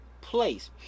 place